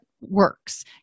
works